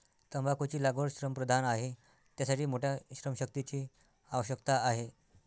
तंबाखूची लागवड श्रमप्रधान आहे, त्यासाठी मोठ्या श्रमशक्तीची आवश्यकता आहे